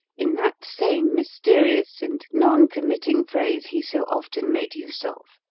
in that same mysterious and non-committing phrase he so often made use of.